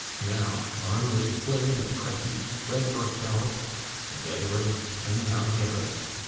now on this plain of cressy spread your selves and, edward, when thou darest,